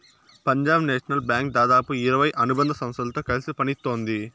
Punjab national bank దాదాపు ఇరవై అనుబంధ సంస్థలతో కలిసి పనిత్తోంది